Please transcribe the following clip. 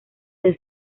the